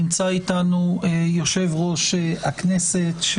נמצא איתנו יושב-ראש הכנסת.